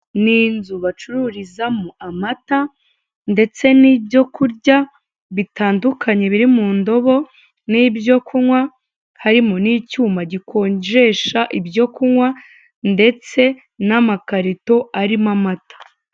Ni inzu bacururizamo amata, ndetse n'ibyo kurya bitandukanye biri mu ndobo n'ibyo kunywa, harimo n'icyuma gikonjesha ibyo kunywa ndetse n'amakarito arimo amata.